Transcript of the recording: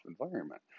environment